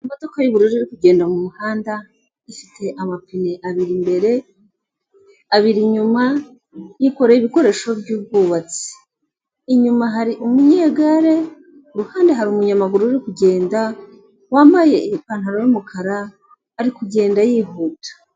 Imodoka y'ubururu iri kugenda mu muhanda ifite amapine abiri imbere, abiri inyuma, yikorera ibikoresho by'ubwubatsi, inyuma hari umunyegare ku ruhande hari umunyamaguru uri kugenda wambaye ipantaro y'umukara ari kugenda yihuta.